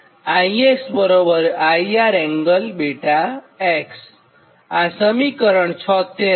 આ સમીકરણ 76 છે